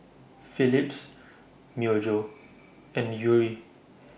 Philips Myojo and Yuri